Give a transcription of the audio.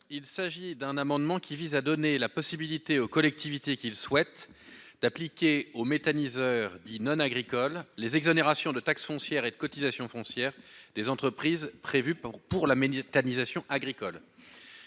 il s'agit d'un amendement qui vise à donner la possibilité aux collectivités qui le souhaitent d'appliquer au méthaniseur dit non-agricoles, les exonérations de taxe foncière et de cotisation foncière des entreprises prévue pour pour la meunier totalisation agricole